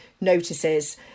notices